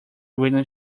william